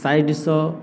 साइडसँ